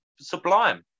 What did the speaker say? sublime